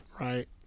right